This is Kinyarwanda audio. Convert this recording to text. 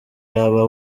yaba